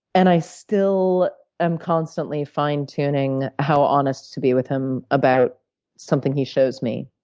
and i still am constantly fine-tuning how honest to be with him about something he shows me,